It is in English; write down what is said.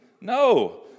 No